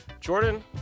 jordan